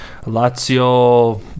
Lazio